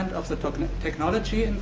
technology,